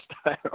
style